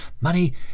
Money